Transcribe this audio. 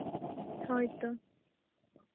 ᱦᱳᱭᱛᱳ